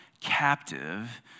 captive